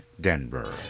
Denver